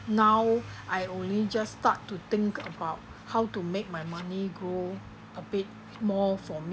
now I only just start to think about how to make my money grow a bit more for me